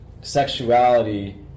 sexuality